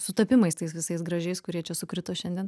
sutapimais tais visais gražiais kurie čia sukrito šiandien